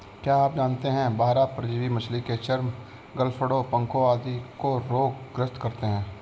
क्या आप जानते है बाह्य परजीवी मछली के चर्म, गलफड़ों, पंखों आदि को रोग ग्रस्त करते हैं?